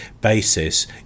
basis